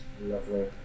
Lovely